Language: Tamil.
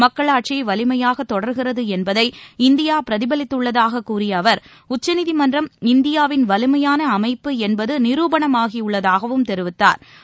மக்களாட்சி வலிமையாக தொடர்கிறது என்பதை இந்தியா பிரதிபலித்துள்ளாக கூறிய அவர் உச்சநீதிமன்றம் இந்தியாவின் வலிமையான அமைப்பு என்பது நிரூபணமாகியுள்ளதாகவும் தெரிவித்தாா்